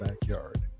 backyard